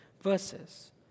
verses